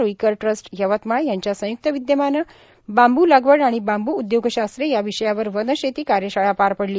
Ruikar trust Yavatmal यांच्या संय्क्त विद्यमाने बांबू लागवड आणि बांबू उदयोगशास्त्र या विषयावर वनशेती कार्यशाळा पार पडली